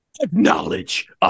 acknowledge